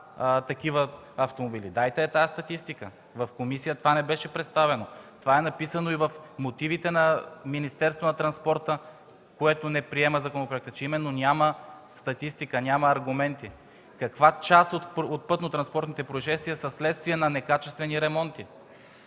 такива автомобили – дайте я тази статистика, в комисията това не беше представено. Това е написано и в мотивите на Министерството на транспорта, което не приема законопроекта, че именно няма статистика, няма аргументи. Каква част от пътнотранспортните произшествия са следствие на некачествени ремонти?